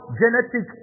genetic